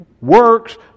works